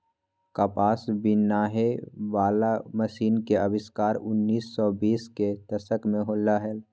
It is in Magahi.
कपास बिनहे वला मशीन के आविष्कार उन्नीस सौ बीस के दशक में होलय हल